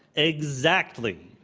exactly.